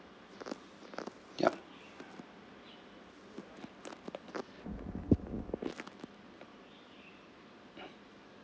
yup